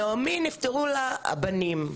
נעמי נפטרו לה הבנים.